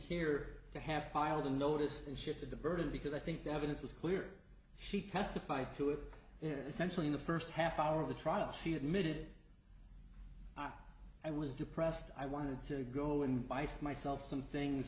here to have filed a notice and shifted the burden because i think the evidence was clear she testified to it is essential in the first half hour of the trial she admitted i was depressed i wanted to go and buy some myself some things